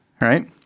right